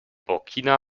burkina